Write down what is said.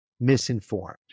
misinformed